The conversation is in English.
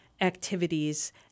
activities